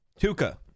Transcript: Tuca